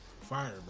Fire